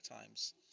Times